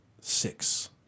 Six